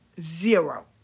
Zero